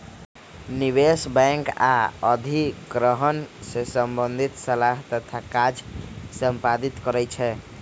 निवेश बैंक आऽ अधिग्रहण से संबंधित सलाह तथा काज संपादित करइ छै